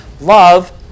love